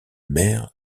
maire